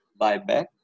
buyback